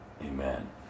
amen